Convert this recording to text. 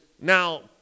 now